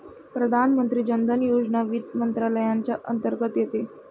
प्रधानमंत्री जन धन योजना वित्त मंत्रालयाच्या अंतर्गत येते